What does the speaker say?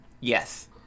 Yes